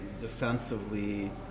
defensively